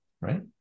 right